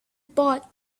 bought